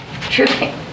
truly